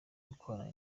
gukorana